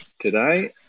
today